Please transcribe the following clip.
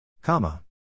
Comma